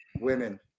women